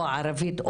או ערבית,